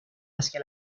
hacia